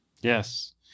Yes